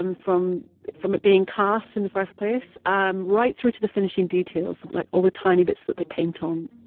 um from from it being cast in the first place um right through to the finishing details, like all the tiny bits that they paint on.